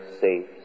safe